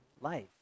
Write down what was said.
life